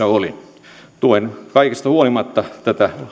oli tuen kaikesta huolimatta tätä